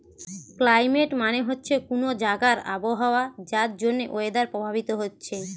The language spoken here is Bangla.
ক্লাইমেট মানে হচ্ছে কুনো জাগার আবহাওয়া যার জন্যে ওয়েদার প্রভাবিত হচ্ছে